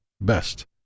best